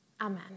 Amen